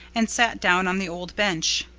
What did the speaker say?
and sat down on the old bench.